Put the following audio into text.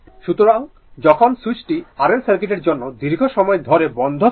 সুতরাং যখন সুইচটি R L সার্কিটের জন্য দীর্ঘ সময় ধরে বন্ধ থাকে